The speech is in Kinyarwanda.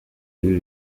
ibi